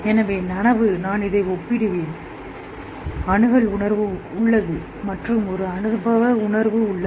எனவே நனவு நான் அதை ஒப்பிடுவேன் அணுகல் உணர்வு உள்ளது மற்றும் ஒரு அனுபவ உணர்வு உள்ளது